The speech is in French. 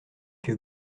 que